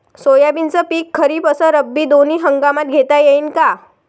सोयाबीनचं पिक खरीप अस रब्बी दोनी हंगामात घेता येईन का?